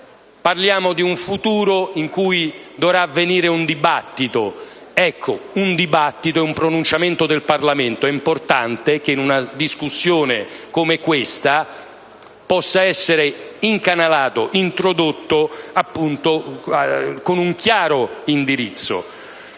parlassimo di un futuro in cui dovrà svolgersi un dibattito. Ecco: un dibattito è un pronunciamento del Parlamento. È importante che, in una discussione come questa, possa essere incanalato o introdotto un chiaro indirizzo.